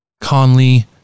Conley